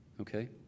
okay